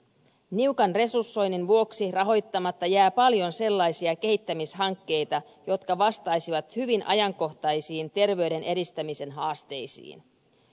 niukan resursoinnin vuoksi rahoittamatta jää paljon sellaisia kehittämishankkeita jotka vastaisivat hyvin ajankohtaisiin terveyden edistämisen haasteisiin